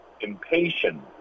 impatient